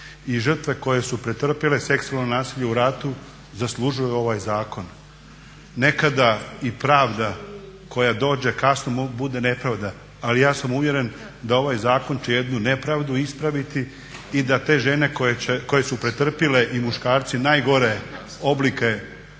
i žrtve koje su pretrpile seksualno nasilje u ratu zaslužuju ovaj zakon. Nekada i pravda koja dođe kasno bude nepravda, ali ja sam uvjeren da će ovaj zakon jednu nepravdu ispraviti i da te žene koje su pretrpile i muškarci najgore oblike